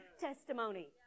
testimony